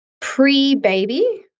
pre-baby